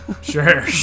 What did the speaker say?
sure